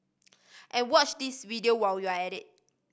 and watch this video while you're at it